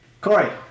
Corey